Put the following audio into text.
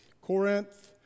Corinth